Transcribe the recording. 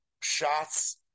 shots